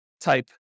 type